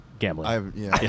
gambling